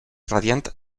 radiant